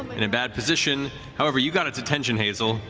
in a bad position. however, you got its attention, hazel,